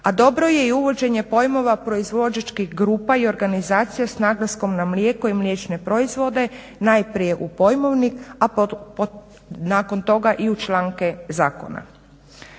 a dobro je i uvođenje proizvođačkih grupa i organizacija s naglaskom na mlijeko i mliječne proizvode najprije u pojmovnik, a nakon toga i u članke zakona.